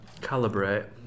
calibrate